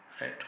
Right